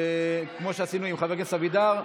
כמו שעשינו עם חבר הכנסת אבידר,